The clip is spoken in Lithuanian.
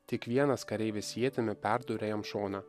tik vienas kareivis ietimi perdūrė jam šoną